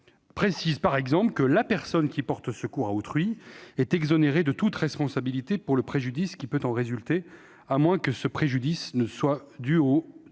précise que la personne qui porte secours à autrui est exonérée de toute responsabilité pour le préjudice qui peut en résulter, à moins que ce préjudice ne soit dû à sa